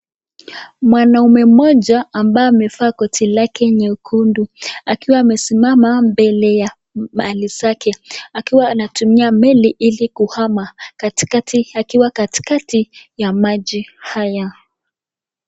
Mwanaume mmoja ambaye amevaa koti yake nyekundu, akiwa amesimama mbele ya mali zake , akiwa anatumia meli hili kuhama akiwa katika ya maji haya.